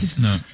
No